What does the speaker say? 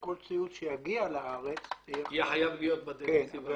כל ציוד שיגיע לארץ --- יהיה חייב להיות בדירקטיבה הזאת.